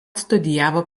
studijavo